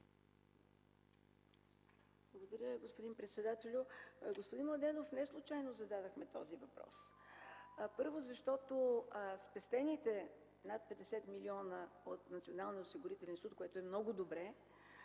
Благодаря, господин председателю. Господин Младенов, неслучайно зададох този въпрос. Първо, защото спестените над 50 милиона от Националния осигурителен институт, което е много добре,